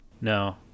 no